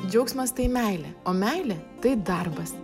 džiaugsmas tai meilė o meilė tai darbas